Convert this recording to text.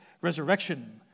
resurrection